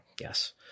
Yes